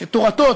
שתורתו,